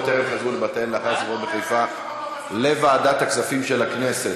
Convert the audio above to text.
טרם חזרו לבתיהן לאחר השרפות בחיפה לוועדת הכספים של הכנסת.